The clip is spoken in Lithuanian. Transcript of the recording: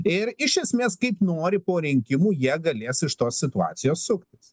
ir iš esmės kaip nori po rinkimų jie galės iš tos situacijos suktis